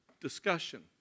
discussion